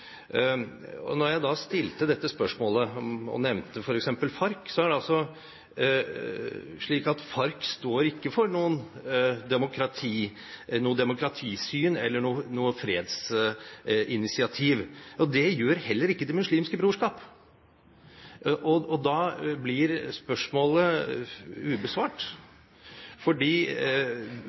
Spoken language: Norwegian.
Når jeg stilte dette spørsmålet og nevnte f.eks. Farc, er det fordi Farc ikke står for noe demokratisyn eller noe fredsinitiativ. Det gjør heller ikke Det muslimske brorskap. Da blir spørsmålet ubesvart.